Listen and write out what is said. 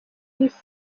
isi